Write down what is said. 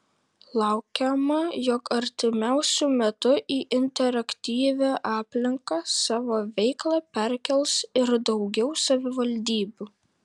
laukiama jog artimiausiu metu į interaktyvią aplinką savo veiklą perkels ir daugiau savivaldybių